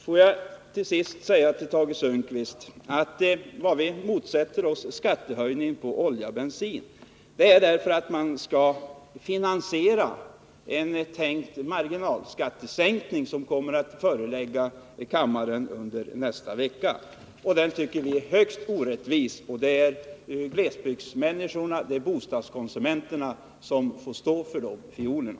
Får jag till sist säga till Tage Sundkvist att vad vi motsätter oss är att höjningen av skatten på olja och bensin skall finansiera den föreslagna marginalskattesänkningen, som skall behandlas av kammaren i nästa vecka. Vi tycker att den föreslagna marginalskattesänkningen är högst orättvis, och det är glesbygdsbefolkningen och bostadskonsumenterna som får stå för fiolerna.